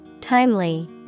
Timely